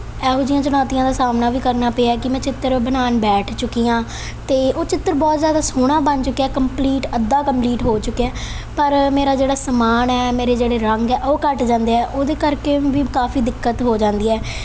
ਇਹੋ ਜਿਹੀਆਂ ਚੁਣੌਤੀਆਂ ਦਾ ਸਾਹਮਣਾ ਵੀ ਕਰਨਾ ਪਿਆ ਕਿ ਮੈਂ ਚਿੱਤਰ ਬਣਾਉਣ ਬੈਠ ਚੁੱਕੀ ਹਾਂ ਅਤੇ ਉਹ ਚਿੱਤਰ ਬਹੁਤ ਜ਼ਿਆਦਾ ਸੋਹਣਾ ਬਣ ਚੁੱਕਿਆ ਕੰਪਲੀਟ ਅੱਧਾ ਕੰਪਲੀਟ ਹੋ ਚੁੱਕਿਆ ਪਰ ਮੇਰਾ ਜਿਹੜਾ ਸਮਾਨ ਹੈ ਮੇਰੇ ਜਿਹੜੇ ਰੰਗ ਆ ਉਹ ਘੱਟ ਜਾਂਦੇ ਹੈ ਉਹਦੇ ਕਰਕੇ ਵੀ ਕਾਫੀ ਦਿੱਕਤ ਹੋ ਜਾਂਦੀ ਹੈ